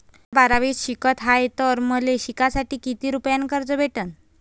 म्या बारावीत शिकत हाय तर मले शिकासाठी किती रुपयान कर्ज भेटन?